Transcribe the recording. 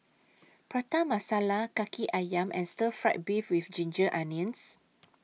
Prata Masala Kaki Ayam and Stir Fried Beef with Ginger Onions